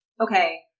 okay